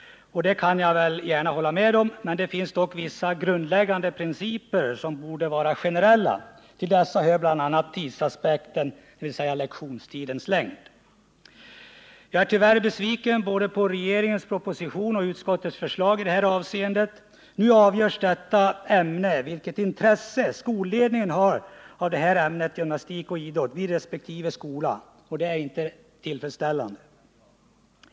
Det kan jag gärna hålla med om, men det finns vissa grundläggande principer som borde vara generella. Till dessa hör bl.a. tidsaspekten, dvs. lektionstidens längd. Jag är tyvärr besviken på både regeringens proposition och utskottets förslag i detta avseende. Nu avgörs frågan av vilket intresse skolledningen har av detta ämne vid resp. skola. Det är inte tillfredsställande.